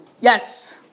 Yes